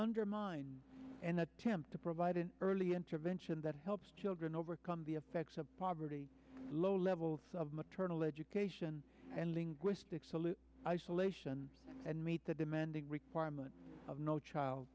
proposed an attempt to provide an early intervention that helps children overcome the effects of poverty low levels of maternal education and linguistic salut isolation and meet the demanding requirement of no child